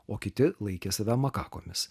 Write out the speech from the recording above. o kiti laikė save makakomis